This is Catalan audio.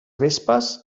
vespes